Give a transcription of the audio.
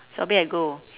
sobri I go